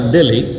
Delhi